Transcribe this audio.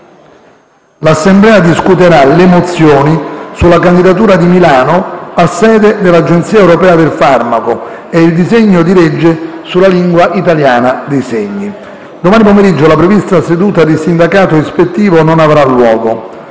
l'Assemblea discuterà le mozioni sulla candidatura di Milano a sede dell'Agenzia europea del farmaco e il disegno di legge sulla lingua italiana dei segni. Domani pomeriggio la prevista seduta di sindacato ispettivo non avrà luogo.